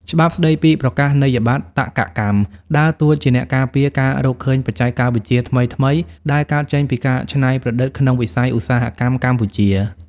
ច្បាប់ស្ដីពីប្រកាសនីយបត្រតក្កកម្ម ដើរតួជាអ្នកការពារការរកឃើញបច្ចេកវិទ្យាថ្មីៗ ដែលកើតចេញពីការច្នៃប្រឌិតក្នុងវិស័យឧស្សាហកម្មកម្ពុជា។